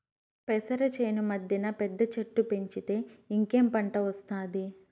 పెసర చేను మద్దెన పెద్ద చెట్టు పెంచితే ఇంకేం పంట ఒస్తాది